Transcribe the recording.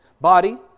body